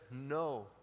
no